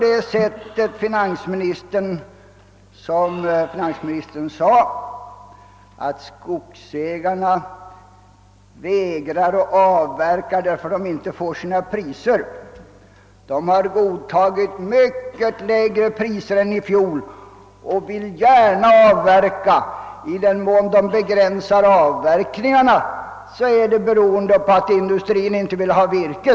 Det förhåller sig inte alls så som finansministern sade, att skogsägarna vägrade avverka därför att de inte fick ut de priser de ville ha. De har godtagit mycket lägre priser än fjolårets, och de vill gärna avverka. I den mån de begränsar avverkningarna beror detta på att industrin inte vill ha virket.